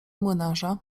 młynarza